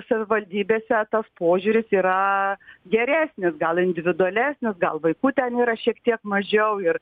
savivaldybėse tas požiūris yra geresnis gal individualesnis gal vaikų ten yra šiek tiek mažiau ir